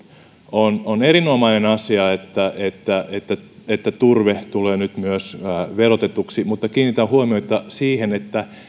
on on erinomainen asia että että turve tulee nyt myös verotetuksi mutta kiinnitän huomiota siihen että